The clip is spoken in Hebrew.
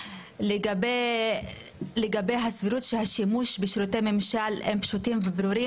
לגבי השאלה האם השימוש בשירותי ממשל מקוונים הוא פשוט וברור,